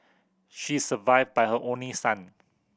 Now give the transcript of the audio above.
she is survived by her only son